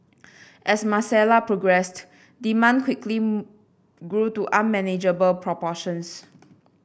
as Marcella progressed demand quickly grew to unmanageable proportions